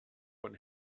von